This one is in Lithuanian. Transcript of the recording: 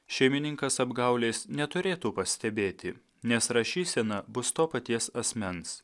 šeimininkas apgaulės neturėtų pastebėti nes rašysena bus to paties asmens